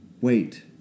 Wait